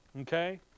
Okay